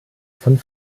von